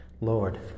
Lord